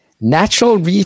Natural